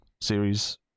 series